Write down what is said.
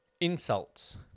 Insults